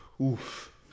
Oof